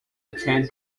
attend